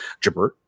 Jabert